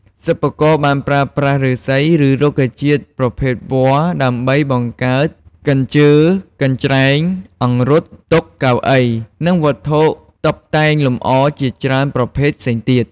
សិប្បករបានប្រើប្រាស់ឫស្សី និងរុក្ខជាតិប្រភេទវល្លិដើម្បីបង្កើត កញ្ជើ កញ្ច្រែង អង្រុត តុ កៅអី និងវត្ថុតុបតែងលម្អជាច្រើនប្រភេទផ្សេងទៀត។